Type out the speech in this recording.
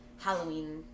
Halloween